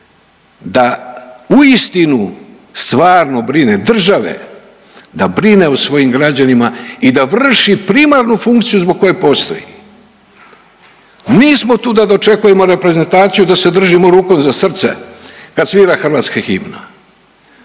da uistinu stvarno brine, države da brine o svojim građanima i da vrši primarnu funkciju zbog koje postoji. Mi smo tu da dočekujemo reprezentaciju, da se držimo rukom za srce kad svira hrvatska himna.